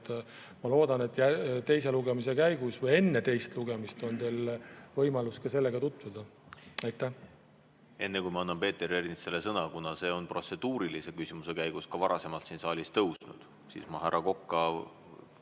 Ma loodan, et teise lugemise käigus või enne teist lugemist on teil võimalus sellega tutvuda. Enne kui ma annan Peeter Ernitsale sõna, siis kuna see [teema] on protseduurilise küsimuse käigus ka varasemalt siin saalis tõusnud, ma härra Kokka